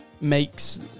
Makes